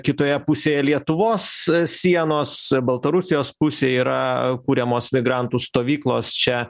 kitoje pusėje lietuvos sienos baltarusijos pusėj yra kuriamos migrantų stovyklos čia